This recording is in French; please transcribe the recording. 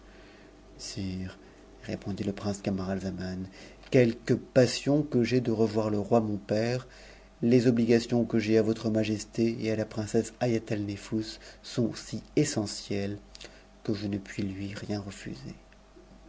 répondit le prince camaralzaman quel ue passion que j'aie de revoir le roi mon père les obligations que j'ai à otre majesté et à la princesse haïatalnefous sont si essentielles que je ne uis lui rien refuser